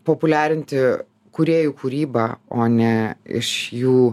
populiarinti kūrėjų kūrybą o ne iš jų